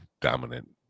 dominant